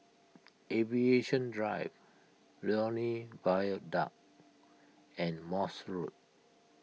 Aviation Drive Lornie Viaduct and Morse Road